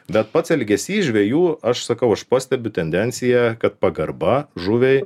bet pats elgesys žvejų aš sakau aš pastebiu tendenciją kad pagarba žuviai